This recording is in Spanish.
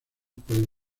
pueden